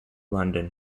london